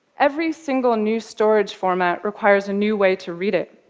every single new storage format requires a new way to read it.